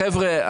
חבר'ה,